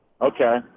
Okay